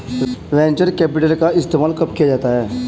Venture capital का इस्तेमाल कब किया जाता है?